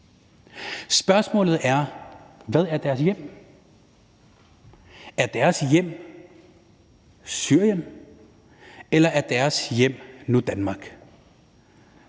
Spørgsmålet er: Hvad er deres hjem? Er deres hjem Syrien, eller er deres hjem nu Danmark?